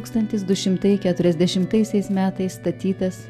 tūkstantis du šimtai keturiasdešimtaisiais metais statytas